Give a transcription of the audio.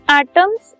atoms